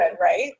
right